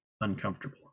uncomfortable